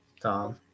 Tom